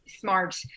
smart